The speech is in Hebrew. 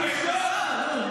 צריך שהחיינו.